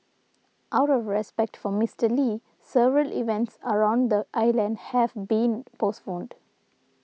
out of respect for Mister Lee several events around the island have been postponed